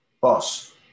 boss